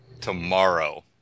Tomorrow